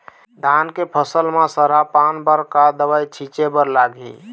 धान के फसल म सरा पान बर का दवई छीचे बर लागिही?